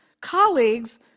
colleagues